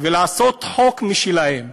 ולעשות חוק משלהם,